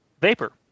Vapor